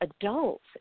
adults